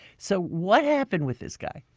so what happened with this guy?